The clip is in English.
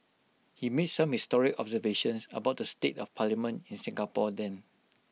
he made some historic observations about the state of parliament in Singapore then